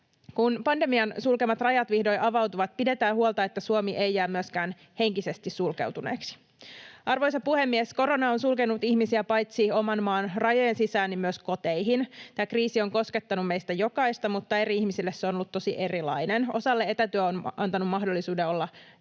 Kun pandemian sulkemat rajat vihdoin avautuvat, pidetään huolta, että Suomi ei jää myöskään henkisesti sulkeutuneeksi. Arvoisa puhemies! Korona on sulkenut ihmisiä paitsi oman maan rajojen sisään myös koteihin. Tämä kriisi on koskettanut meistä jokaista, mutta eri ihmisille se on ollut tosi erilainen. Osalle etätyö on antanut mahdollisuuden olla enemmän